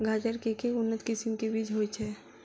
गाजर केँ के उन्नत किसिम केँ बीज होइ छैय?